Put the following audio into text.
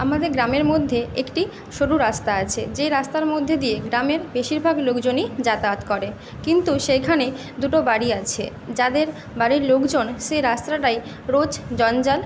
আমাদের গ্রামের মধ্যে একটি সরু রাস্তা আছে যেই রাস্তার মধ্যে দিয়ে গ্রামের বেশীরভাগ লোকজনই যাতায়াত করে কিন্তু সেইখানে দুটো বাড়ি আছে যাদের বাড়ির লোকজন সেই রাস্তাটায় রোজ জঞ্জাল